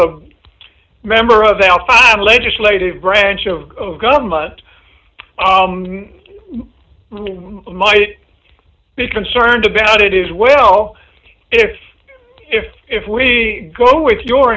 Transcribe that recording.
a member of al five legislative branch of government might be concerned about it is well if if if we go with your